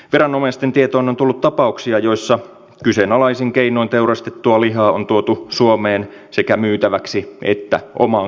viranomaisten tietoon on tullut tapauksia joissa kyseenalaisin keinoin teurastettua lihaa on tuotu suomeen sekä myytäväksi että omaan käyttöön